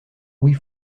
louis